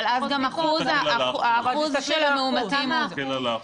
אבל גם האחוז של המאומתים של --- צריך להסתכל על האחוז.